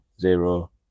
zero